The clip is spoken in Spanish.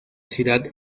ciudad